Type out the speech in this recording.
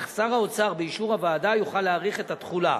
אך שר האוצר באישור הוועדה יוכל להאריך את התחולה.